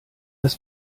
das